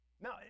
Now